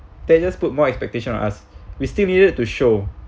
they just put more expectation on us we still needed to show